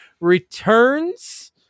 returns